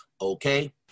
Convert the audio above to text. okay